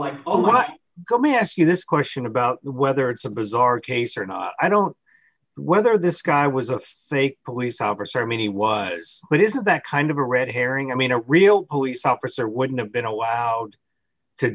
what got me ask you this question about whether it's a bizarre case or not i don't whether this guy was a fake police officer i mean he was but isn't that kind of a red herring i mean a real police officer wouldn't have been a wow to